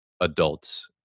adults